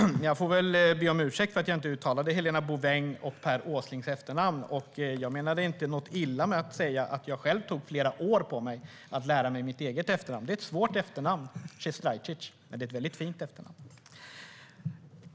Herr talman! Jag får väl be om ursäkt för att jag inte uttalade Helena Bouvengs och Per Åslings efternamn. Jag menade inget illa med att säga att jag själv tog flera år på mig att lära mig eget efternamn. Det är ett svårt efternamn, Sestrajcic, men det är ett väldigt fint efternamn!